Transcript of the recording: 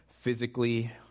physically